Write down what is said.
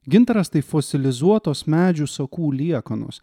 gintaras tai fosilizuotos medžių sakų liekanos